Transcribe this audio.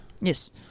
Yes